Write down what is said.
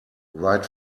write